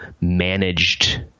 managed